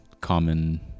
common